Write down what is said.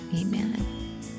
amen